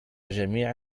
جميع